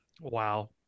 Wow